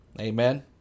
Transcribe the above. amen